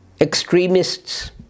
extremists